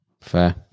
fair